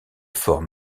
fort